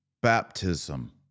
baptism